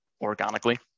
organically